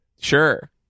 Sure